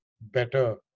better